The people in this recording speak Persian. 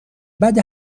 بعد